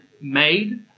made